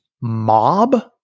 mob